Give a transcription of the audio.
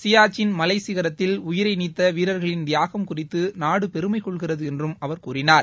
சியாச்சின் மலைச் சிகரத்தில் உயிரைநீத்தவீரர்களின் தியாகம் குறித்துநாடுபெருமைகொள்கிறதுஎன்றுஅவர் கூறினார்